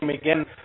again